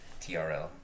TRL